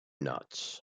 nuts